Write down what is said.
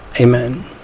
Amen